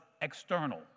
external